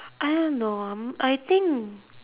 I don't know um I think